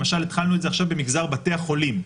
למשל התחלנו את זה עכשיו במגזר בתי החולים,